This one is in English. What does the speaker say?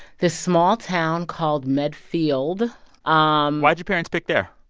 this small town called medfield um why'd your parents pick there?